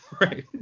Right